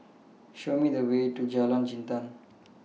Show Me The Way to Jalan Jintan